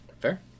Fair